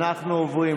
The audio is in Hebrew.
חבר הכנסת קרעי.